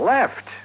Left